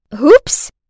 Oops